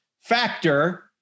factor